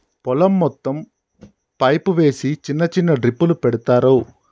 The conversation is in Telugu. పొలం మొత్తం పైపు వేసి చిన్న చిన్న డ్రిప్పులు పెడతార్